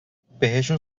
بهشون